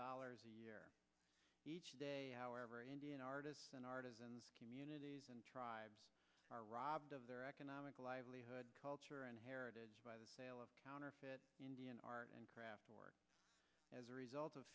dollars a year however indian artists and artisans communities and tribes are robbed of their economic livelihood culture and heritage by the sale of counterfeit indian art and craft or as a result of